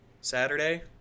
Saturday